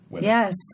Yes